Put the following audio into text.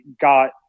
got